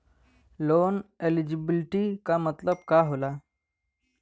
Loan eligibility का मतलब का होला?